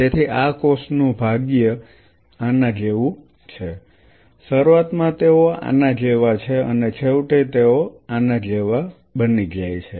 તેથી આ કોષોનું ભાગ્ય આના જેવું છે શરૂઆતમાં તેઓ આના જેવા છે અને છેવટે તેઓ આના જેવા બની જાય છે